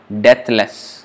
deathless